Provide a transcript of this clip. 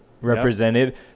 Represented